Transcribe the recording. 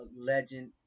legend